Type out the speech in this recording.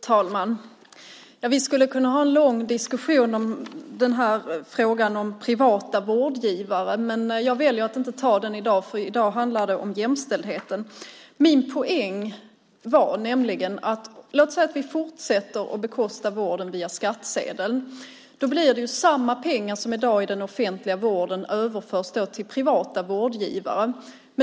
Fru talman! Vi skulle kunna ha en lång diskussion om privata vårdgivare, men jag väljer att inte ta den i dag. I dag handlar det om jämställdheten. Låt oss säga att vi fortsätter att bekosta vården via skattsedeln. Min poäng är att samma pengar som i dag finns i den offentliga vården då överförs till privata vårdgivare.